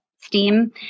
steam